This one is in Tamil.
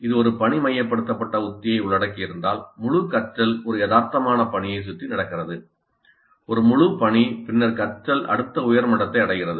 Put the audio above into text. இது ஒரு பணி மையப்படுத்தப்பட்ட உத்தியை உள்ளடக்கியிருந்தால் முழு கற்றல் ஒரு யதார்த்தமான பணியைச் சுற்றி நடக்கிறது ஒரு முழு பணி பின்னர் கற்றல் அடுத்த உயர் மட்டத்தை அடைகிறது